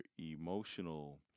emotional